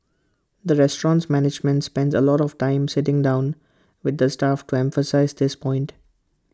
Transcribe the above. the restaurant's management spends A lot of time sitting down with the staff to emphasise this point